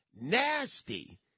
nasty